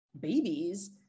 babies